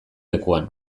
lekuan